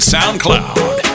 SoundCloud